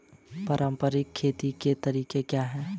पारंपरिक खेती के तरीके क्या हैं?